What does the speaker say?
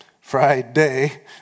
Friday